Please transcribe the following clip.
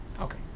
Okay